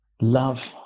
love